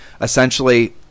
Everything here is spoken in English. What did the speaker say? essentially